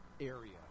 area